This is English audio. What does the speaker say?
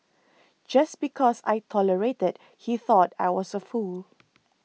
just because I tolerated he thought I was a fool